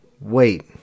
Wait